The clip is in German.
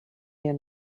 mir